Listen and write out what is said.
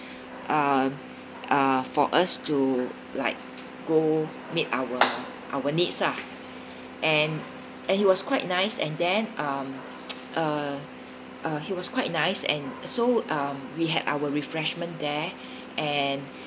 uh uh for us to like go make our our needs lah and and he was quite nice and then um uh uh he was quite nice and so um we had our refreshment there and